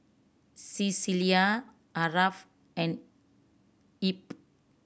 Cecelia Aarav and Ebb